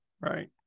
Right